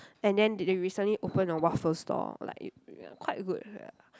and then they they recently open a waffle store like uh quite good ya